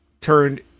turned